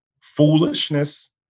foolishness